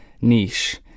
niche